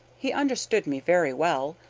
he understood me very well,